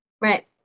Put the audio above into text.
Right